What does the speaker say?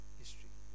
history